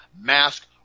mask